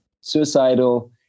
suicidal